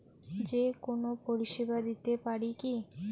যে কোনো পরিষেবা দিতে পারি কি?